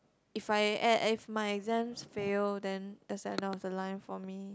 if I e~ if my exams fail then that's the end of the line for me